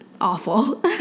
awful